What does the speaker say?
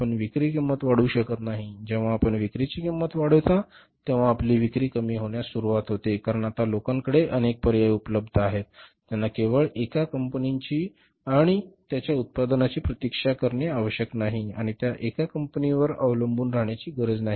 आपण विक्री किंमत वाढवू शकत नाही जेव्हा आपण विक्रीची किंमत वाढविता तेव्हा आपली विक्री कमी होण्यास सुरू होते कारण आता लोकांकडे अनेक पर्याय उपलब्ध आहेत त्यांना केवळ एका कंपनीची आणि त्यांच्या उत्पादनांची प्रतीक्षा करणे आवश्यक नाही आणि त्या एका कंपनीवर अवलंबून राहण्याची गरज नाही